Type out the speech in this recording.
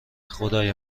خدای